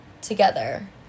together